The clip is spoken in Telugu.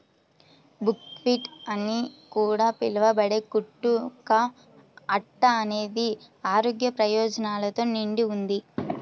బుక్వీట్ అని కూడా పిలవబడే కుట్టు కా అట్ట అనేది ఆరోగ్య ప్రయోజనాలతో నిండి ఉంది